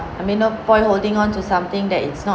I mean no point holding onto something that is not